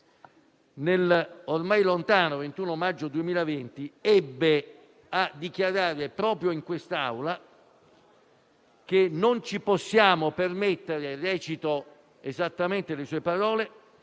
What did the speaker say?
21 maggio 2020, ebbe a dichiarare, proprio in quest'Aula, che non ci possiamo permettere - recito le sue parole